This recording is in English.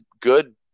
good